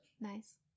nice